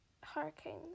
hurricanes